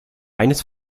eines